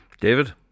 David